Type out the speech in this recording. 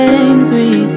angry